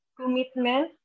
commitment